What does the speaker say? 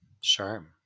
Sure